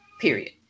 Period